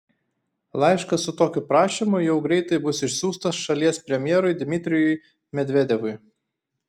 laiškas su tokiu prašymu jau greitai bus išsiųstas šalies premjerui dmitrijui medvedevui